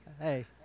Hey